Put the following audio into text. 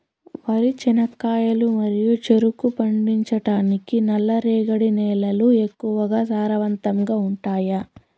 వరి, చెనక్కాయలు మరియు చెరుకు పండించటానికి నల్లరేగడి నేలలు ఎక్కువగా సారవంతంగా ఉంటాయా?